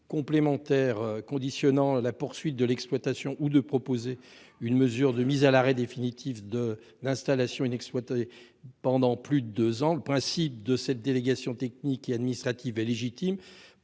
complémentaires conditionnant la poursuite de l'exploitation, ou de proposer au Gouvernement une mesure de mise à l'arrêt définitif d'installations inexploitées pendant plus de deux ans. Le principe de cette délégation technique et administrative est légitime,